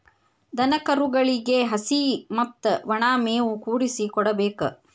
ದನಕರುಗಳಿಗೆ ಹಸಿ ಮತ್ತ ವನಾ ಮೇವು ಕೂಡಿಸಿ ಕೊಡಬೇಕ